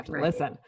Listen